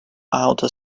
outer